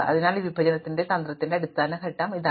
അതിനാൽ ഈ വിഭജന തന്ത്രത്തിന്റെ അടിസ്ഥാന ഘട്ടം ഇതാണ്